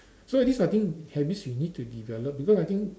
so these I think habits you need to develop because I think